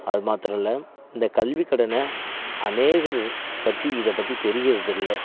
அதுமாத்திரம் இல்லை இந்த கல்விக்கடனை அநேகர் பற்றி இதை பற்றி தெரியுறது இல்ல